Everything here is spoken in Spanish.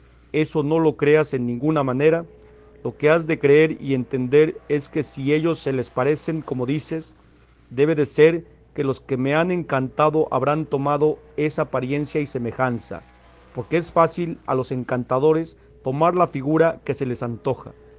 eso no lo creas en ninguna manera lo que has de creer y entender es que si ellos se les parecen como dices debe de ser que los que me han encantado habrán tomado esa apariencia y semejanza porque es fácil a los encantadores tomar la figura que se les antoja